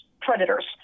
predators